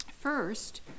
First